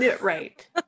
right